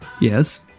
Yes